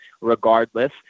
regardless